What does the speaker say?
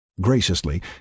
Graciously